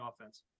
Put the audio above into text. offense